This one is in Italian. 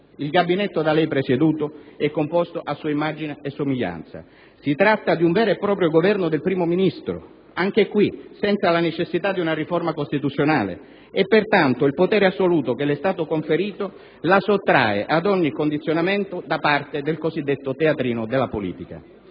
Il Gabinetto da lei presieduto è composto a sua immagine e somiglianza. Si tratta di un vero e proprio Governo del Primo Ministro (anche qui, senza la necessità di una riforma costituzionale) e pertanto il potere assoluto che le è stato conferito la sottrae ad ogni condizionamento da parte del cosiddetto teatrino della politica.